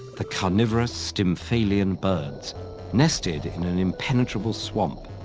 the carnivorous stymphalian birds nested in an impenetrable swamp,